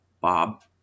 Bob